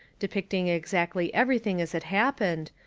de picting exactly everything as it happened,